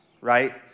right